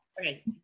Okay